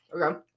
Okay